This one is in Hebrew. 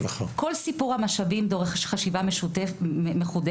כל סיפור המשאבים דורש חשיבה מחודשת,